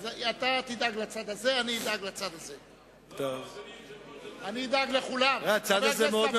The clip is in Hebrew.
אתה תדאג לצד הזה, ואני אדאג לצד הזה.